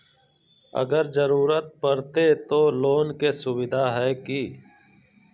अगर जरूरत परते तो लोन के सुविधा है की?